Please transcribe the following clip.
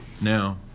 Now